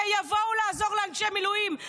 שיבואו לעזור לאנשי מילואים.